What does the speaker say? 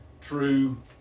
true